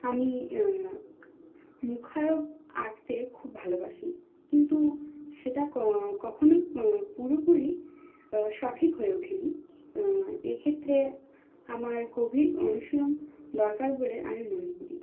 আমি মুখায়ব আঁকতে খুব ভালোবাসি কিন্তু সেটা কখনো পুরোপুরি সঠিক হয়ে ওঠেনা এক্ষেত্রে আমার গভীর অনুশীলন দরকার বলে আমি মনে করি